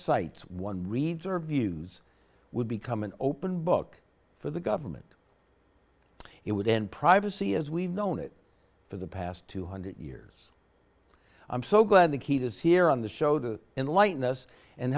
sites one reads are views would become an open book for the government it would end privacy as we've known it for the past two hundred years i'm so glad the heat is here on the show the in lightness and